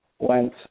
Went